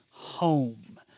home